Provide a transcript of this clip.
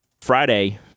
Friday